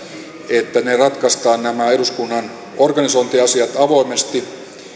että nämä eduskunnan organisointiasiat ratkaistaan avoimesti